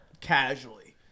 casually